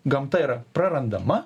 gamta yra prarandama